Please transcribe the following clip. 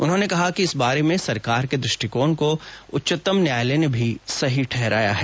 उन्होंने कहा कि इस बारे में सरकार के दृष्टिकोण को उच्चतम न्यायालय ने भी सही ठहराया है